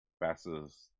fastest